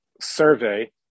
survey